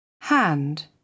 hand